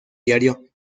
diario